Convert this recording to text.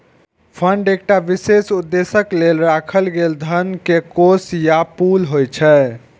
fund एकटा विशेष उद्देश्यक लेल राखल गेल धन के कोष या पुल होइ छै